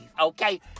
Okay